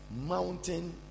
mountain